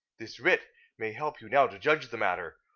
this writ may help you now to judge the matter.